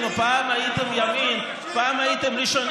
בל"ד, לא אנחנו.